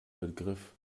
begriff